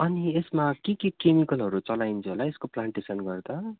अनि यसमा के के केमिकलहरू चलाइन्छ होला है यसको प्लान्टेसन गर्दा